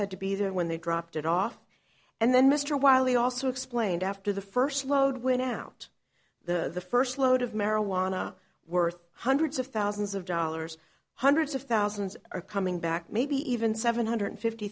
had to be there when they dropped it off and then mr wiley also explained after the first load when out the first load of marijuana worth hundreds of thousands of dollars hundreds of thousands are coming back maybe even seven hundred fifty